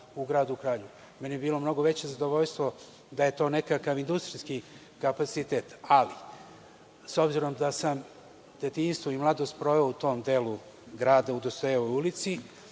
u gradu Kraljevu. Meni bi bilo mnogo veće zadovoljstvo da je to nekakav industrijski kapacitet, ali s obzirom da sam detinjstvo i mladost proveo u tom delu grada, u Dositejevoj ulici,